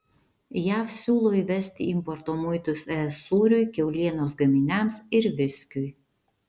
jav siūlo įvesti importo muitus es sūriui kiaulienos gaminiams ir viskiui